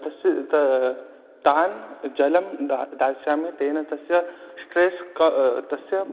तस्य तान् जलं दा दास्यामि तेन तस्य स्ट्रेस् क तस्य